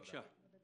תודה